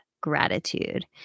gratitude